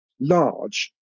large